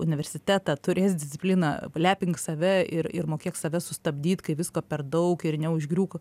universitetą turės discipliną palepink save ir ir mokėk save sustabdyt kai visko per daug ir neužgriūk